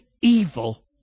evil